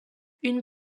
une